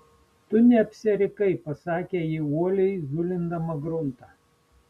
tu neapsirikai pasakė ji uoliai zulindama gruntą